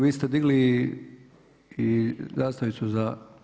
Vi ste digli i zastavicu za?